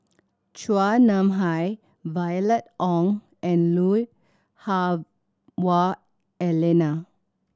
Chua Nam Hai Violet Oon and Lui Hah Wah Elena